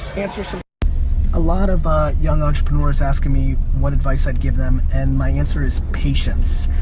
answer some a lot of ah young entrepreneurs asking me what advice i'd give them and my answer is patience,